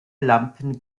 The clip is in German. lampen